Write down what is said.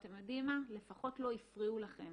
אתם יודעים מה, לפחות לא הפריעו לכם